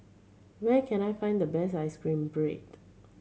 where can I find the best ice cream bread